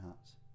hats